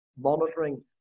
monitoring